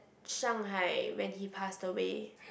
Shanghai when he passed away